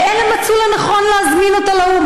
ואלה מצאו לנכון להזמין אותו לאו"ם.